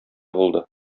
булды